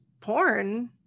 porn